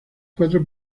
cuatro